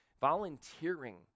Volunteering